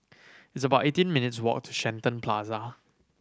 it's about eighteen minutes' walk to Shenton Plaza